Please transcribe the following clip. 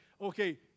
okay